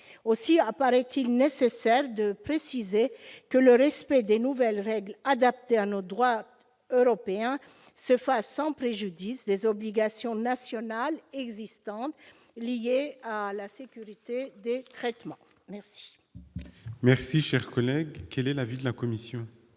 Aussi apparaît-il nécessaire de préciser que le respect des nouvelles règles adaptées à notre droit européen se fasse sans préjudice des obligations nationales existantes liées à la sécurité des traitements. Quel est l'avis de la commission ?